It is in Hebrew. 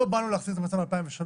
לא באנו להחזיר את המצב ל-2003,